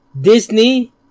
Disney